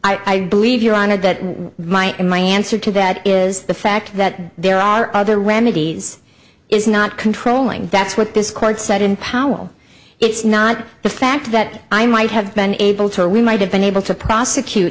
affirm i believe your honor that why in my answer to that is the fact that there are other remedies is not controlling that's what this court said in powell it's not the fact that i might have been able to we might have been able to prosecute